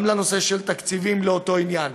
גם לנושא של תקציבים לאותו עניין.